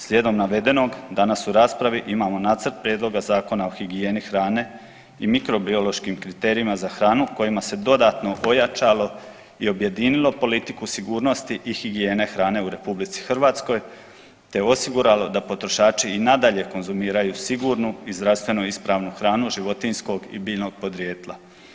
Slijedom navedenog, danas u raspravi imamo nacrt Prijedloga Zakona o higijeni hrane i mikrobiološkim kriterijima za hranu kojima se dodatno ojačalo i objedinilo politiku sigurnosti i higijene hrane u RH te osiguralo da potrošači i nadalje konzumiraju sigurnu i zdravstveno ispravnu hranu životinjskog i biljnog podrijetla.